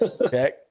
Okay